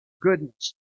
goodness